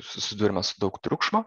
susiduriame su daug triukšmo